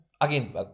again